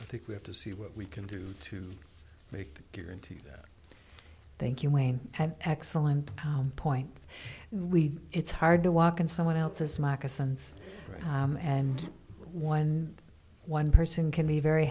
think we have to see what we can do to make guarantee that thank you wayne had excellent point we it's hard to walk in someone else's moccasins and when one person can be very